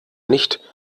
nicht